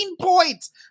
points